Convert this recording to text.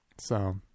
So-